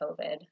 COVID